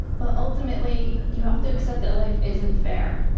but ultimately you have to accept that life isn't fair.